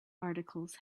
articles